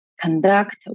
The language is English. conduct